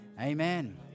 Amen